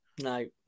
No